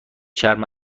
چرم